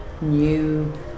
new